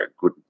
good